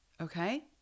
Okay